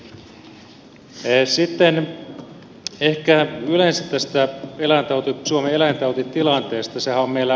sitten ehkä yleensä tästä suomen eläintautitilanteesta